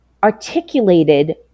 articulated